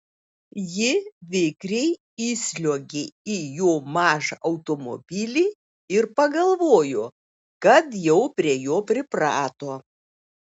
ji vikriai įsliuogė į jo mažą automobilį ir pagalvojo kad jau prie jo priprato